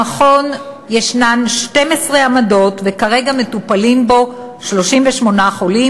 במכון יש 12 עמדות, וכרגע מטופלים בו 38 חולים.